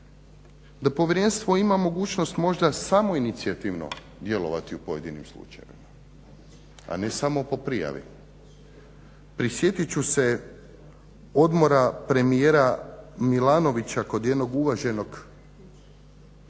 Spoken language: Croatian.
da Povjerenstvo ima mogućnost možda samoinicijativno djelovati u pojedinim slučajevima, a ne samo po prijavi. Prisjetit ću se odmora premijera Milanovića kod jednog uvaženog